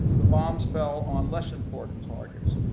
the bombs fell on less important targets.